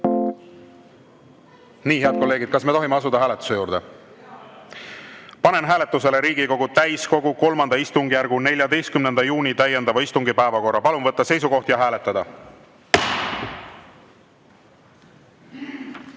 Nii. Head kolleegid, kas me tohime asuda hääletuse juurde? (Saalist vastatakse.) Panen hääletusele Riigikogu täiskogu III istungjärgu 14. juuni täiendava istungi päevakorra. Palun võtta seisukoht ja hääletada!